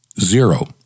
Zero